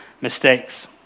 mistakes